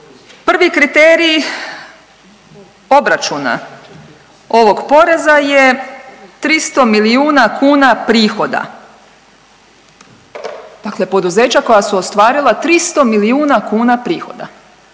prvi kriterij obračuna ovog poreza je 300 milijuna kuna prihoda, dakle poduzeća koja su ostvarila 300 milijuna kuna prihoda,